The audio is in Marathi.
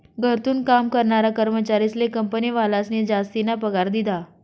घरथून काम करनारा कर्मचारीस्ले कंपनीवालास्नी जासतीना पगार दिधा